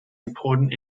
important